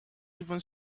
even